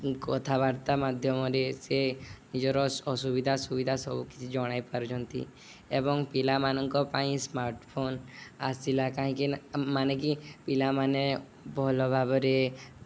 କଥାବାର୍ତ୍ତା ମାଧ୍ୟମରେ ସେ ନିଜର ଅସୁବିଧା ସୁବିଧା ସବୁକିଛି ଜଣାଇ ପାରୁଛନ୍ତି ଏବଂ ପିଲାମାନଙ୍କ ପାଇଁ ସ୍ମାର୍ଟ ଫୋନ ଆସିଲା କାହିଁକି ମାନେ ପିଲାମାନେ ଭଲ ଭାବରେ